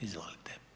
Izvolite.